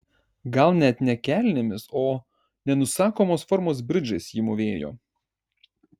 gal net ne kelnėmis o nenusakomos formos bridžais ji mūvėjo